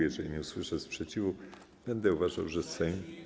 Jeżeli nie usłyszę sprzeciwu, będę uważał, że Sejm.